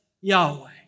Yahweh